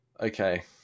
Okay